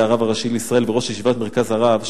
מי שהיה הרב הראשי לישראל וראש ישיבת "מרכז הרב",